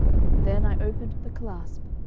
then i opened the clasp.